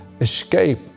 escape